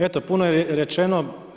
Eto puno je rečeno.